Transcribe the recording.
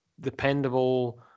dependable